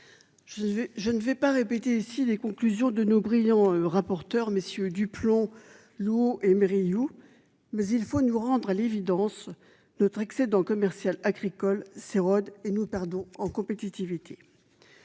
je ne vais pas répéter ici les conclusions de nos brillants rapporteur messieurs du plomb, l'eau et Riou. Mais il faut nous rendre à l'évidence, notre excédent commercial agricole s'érode et nous perdons en compétitivité.